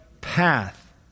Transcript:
path